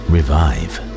Revive